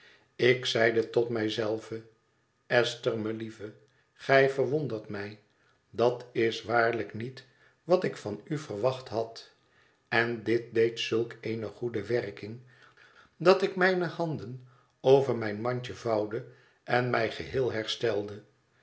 ik zeide tot mij zelve esther melieve gij verwondert mij dat is waarlijk niet wat ik van u verwacht had en dit deed zulk eene goede werking dat ik mijne handen over mijn mandje vouwde en mij geheel herstelde